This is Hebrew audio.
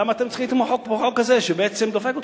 למה אתם צריכים את החוק הזה שבעצם דופק אתכם,